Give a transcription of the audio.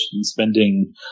spending